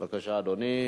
בבקשה, אדוני.